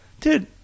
Dude